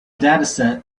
dataset